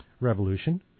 Revolution